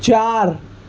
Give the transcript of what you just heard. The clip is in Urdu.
چار